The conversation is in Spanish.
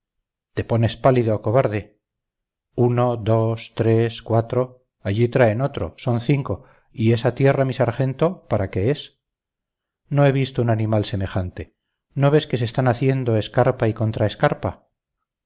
te pones pálido cobarde uno dos tres cuatro allí traen otro son cinco y esa tierra mi sargento para qué es no he visto un animal semejante no ves que se están haciendo escarpa y